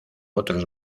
otros